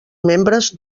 membres